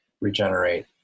regenerate